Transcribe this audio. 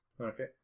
Okay